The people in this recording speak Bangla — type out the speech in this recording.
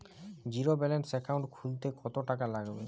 জিরোব্যেলেন্সের একাউন্ট খুলতে কত টাকা লাগবে?